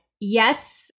Yes